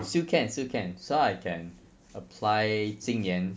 still can still can so I can apply 今年